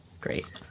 great